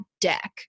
deck